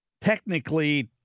technically